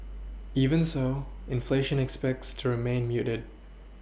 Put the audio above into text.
even so inflation expects turn main muted